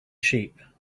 sheep